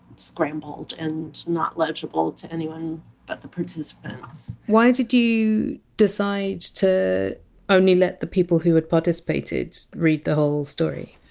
scrambled and not legible to anyone but the participants. why did you decide to only let the people who had participated read the whole story?